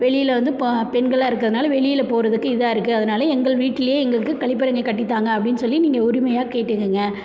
வெளியில வந்து பா பெண்களாக இருக்கிறதுனால வெளியில போகிறதுக்கு இதாக இருக்குது அதனால எங்கள் வீட்டிலையே எங்களுக்கு கழிப்பறைங்க கட்டித்தாங்க அப்படின்னு சொல்லி நீங்கள் உரிமையாக கேட்டுக்கொங்க